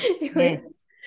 yes